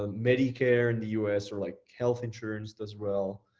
ah medicare in the us or like health insurance does well.